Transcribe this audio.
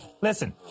Listen